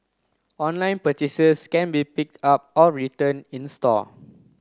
online purchases can be picked up or return in store